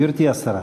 גברתי השרה.